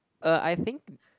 err I think